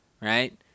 right